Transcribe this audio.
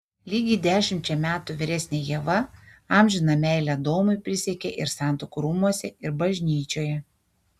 lygiai dešimčia metų vyresnė ieva amžiną meilę adomui prisiekė ir santuokų rūmuose ir bažnyčioje